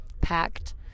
packed